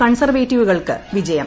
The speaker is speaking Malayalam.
കൺസർവേറ്റീവുകൾക്ക് വിജയം